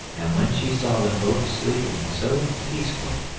and when she saw them both sleeping so peacefully,